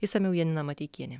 išsamiau janina mateikienė